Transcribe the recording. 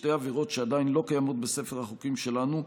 שתי עבירות שעדיין לא קיימות בספר החוקים שלנו,